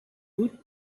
woot